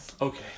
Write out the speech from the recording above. Okay